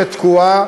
שתקועה,